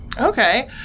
Okay